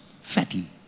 fatty